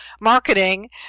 marketing